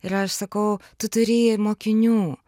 ir aš sakau tu turi mokinių